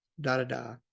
da-da-da